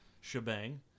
shebang